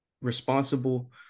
responsible